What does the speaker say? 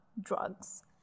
drugs